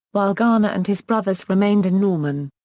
while garner and his brothers remained in norman.